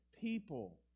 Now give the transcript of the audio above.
people